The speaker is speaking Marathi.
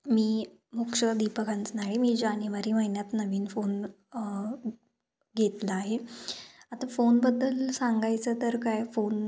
मी मुक्ष दीपा कांचन आहे मी जानेवारी महिन्यात नवीन फोन घेतला आहे आता फोनबद्दल सांगायचं तर काय फोन